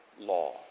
law